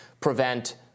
Prevent